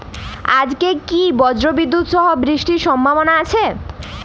আজকে কি ব্রর্জবিদুৎ সহ বৃষ্টির সম্ভাবনা আছে?